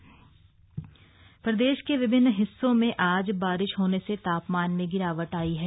मौसम प्रदेश के विभिन्न हिस्सों में आज बारिश होने से तापमान में गिरावट आयी है